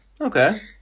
okay